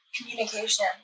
communication